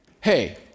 hey